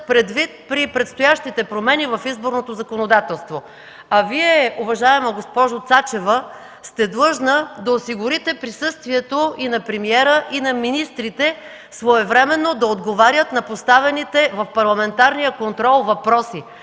предвид при предстоящите промени в изборното законодателство. А Вие, уважаема госпожо Цачева, сте длъжна да осигурите присъствието и на премиера, и на министрите своевременно да отговарят на поставените в парламентарния контрол въпроси.